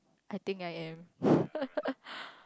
I think I am